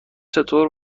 چطور